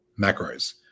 macros